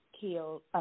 killed –